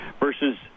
versus